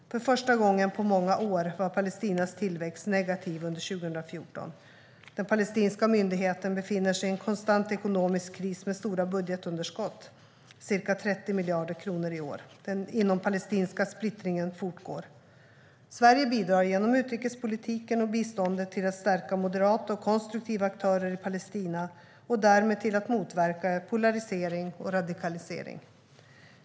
För första gången på många år var Palestinas tillväxt negativ 2014. Den palestinska myndigheten befinner sig i en konstant ekonomisk kris med stora budgetunderskott, ca 30 miljarder kronor i år. Den inompalestinska splittringen fortgår. Sverige bidrar genom utrikespolitiken och biståndet till att stärka moderata och konstruktiva aktörer i Palestina, och därmed till att motverka polarisering och radikalisering.